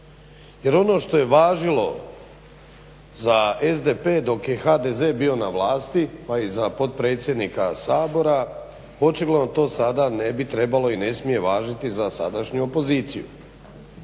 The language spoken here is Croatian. Jer ono što je važilo za SDP dok je HDZ bio na vlasti pa i za potpredsjednika Sabora očigledno to sada ne bi trebalo i ne smije važiti za sadašnju opoziciju.